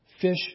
fish